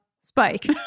spike